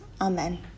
Amen